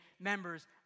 members